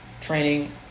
training